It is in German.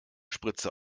spritze